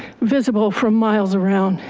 visible from miles around.